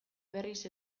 berriz